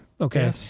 okay